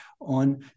on